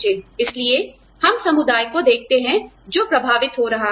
इसलिए हम समुदाय को देखते हैं जो प्रभावित हो रहा है